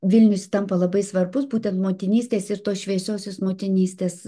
vilnius tampa labai svarbus būtent motinystės ir tos šviesiosios motinystės